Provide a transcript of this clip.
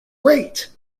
great